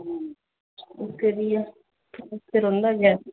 इसकरियै उत्थै रौंह्दा गै